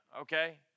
Okay